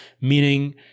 meaning